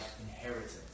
inheritance